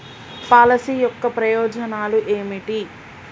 Policy యొక్క ప్రయోజనాలు ఏమిటి?